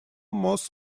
mass